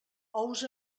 ous